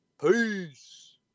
Peace